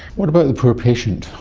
what about the poor patient?